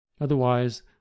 Otherwise